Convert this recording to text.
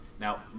Now